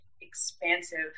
expansive